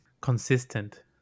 consistent